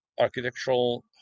architectural